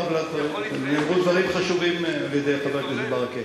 נאמרו דברים חשובים על-ידי חבר הכנסת ברכה.